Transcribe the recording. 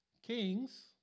Kings